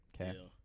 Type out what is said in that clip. Okay